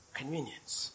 convenience